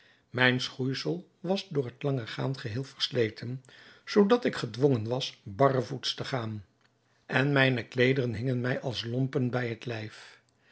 mijn schoeisel was door het lange gaan geheel versleten zoodat ik gedwongen was barrevoets te gaan en mijne kleederen hingen mij als lompen bij het lijf